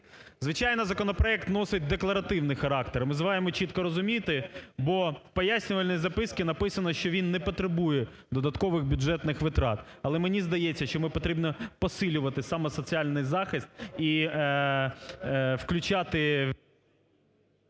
Звичайно, законопроект носить декларативний характер. Ми маємо чітко розуміти, бо в пояснювальній записці написано, що він не потребує додаткових бюджетних витрат. Але мені здається, що потрібно посилювати саме соціальний захист і включати…